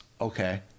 Okay